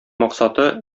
максаты